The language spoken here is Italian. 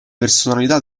personalità